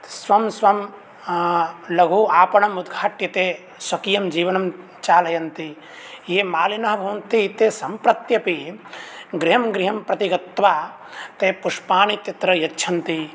स्वं स्वं लघु आपणम् उद्घाट्य ते स्वकीयं जीवनं चालयन्ति ये मालिनः भवन्ति ते सम्प्रत्यपि गृहं गृहं प्रति गत्वा ते पुष्पाणि तत्र यच्छन्ति